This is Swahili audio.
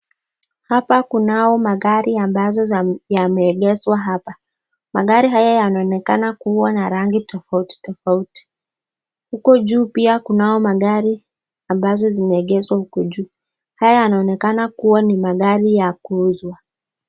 Hapa kunao magari ambazo yameegezwa hapa. Magari haya yanaonekana kuwa na rangi tofauti tofauti. Huko juu pia kunao magari ambazo zimeegezwa huku juu. Haya yanaonekana kuwa ni magari ya kuuzwa.